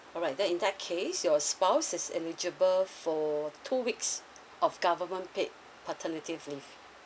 all right then in that case your spouse is eligible for two weeks of government paid paternity leave